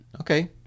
Okay